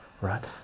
right